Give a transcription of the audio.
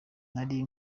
nari